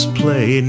play